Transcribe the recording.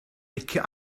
licio